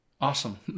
awesome